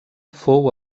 fou